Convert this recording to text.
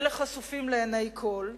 אלה חשופים לעיני כול.